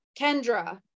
Kendra